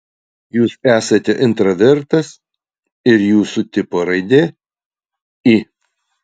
jūs esate intravertas ir jūsų tipo raidė i